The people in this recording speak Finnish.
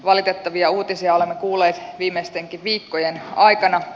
valitettavia uutisia olemme kuulleet viimeistenkin viikkojen aikana